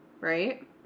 Right